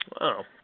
Wow